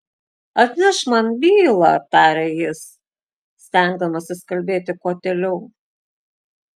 atnešk man bylą tarė jis stengdamasis kalbėti kuo tyliau